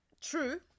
True